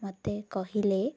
ମୋତେ କହିଲେ